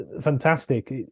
fantastic